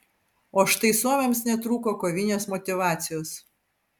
o štai suomiams netrūko kovinės motyvacijos